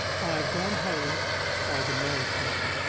i have gone home by the mail-train.